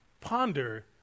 ponder